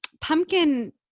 pumpkin